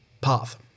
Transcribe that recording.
path